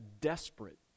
desperate